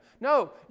No